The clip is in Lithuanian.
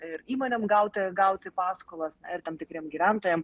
ir įmonėm gauti gauti paskolas na ir tam tikriem gyventojam